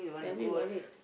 tell me about it